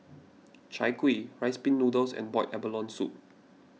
Chai Kueh Rice Pin Noodles and Boiled Abalone Soup